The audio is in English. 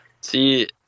see